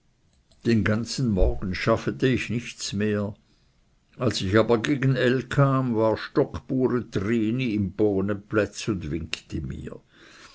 den ganzen morgen schaffete ich nichts mehr als ich aber gegen l kam war stockbure trini im bohneplätz und winkte mir